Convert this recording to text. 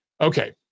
Okay